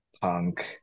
punk